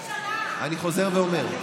אני חוזר ואומר: